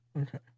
Okay